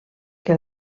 que